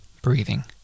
breathing